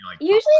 Usually